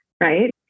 right